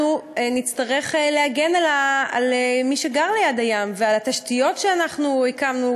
אנחנו נצטרך להגן על מי שגר ליד הים ועל התשתיות שאנחנו הקמנו,